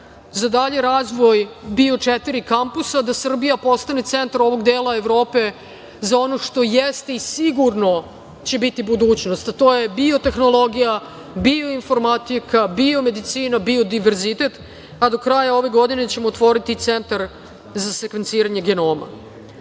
za dalji razvoj biočetiri kampusa, da Srbija postane centar ovog dela Evrope za ono što jeste i sigurno će biti budućnost, a to je biotehnologija, bioinformatika, biomedicina, biodiverzitet, a do kraja ove godine ćemo otvoriti i centar za sekvenciranje genoma.U